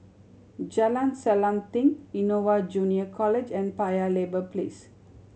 Jalan Selanting Innova Junior College and Paya Lebar Place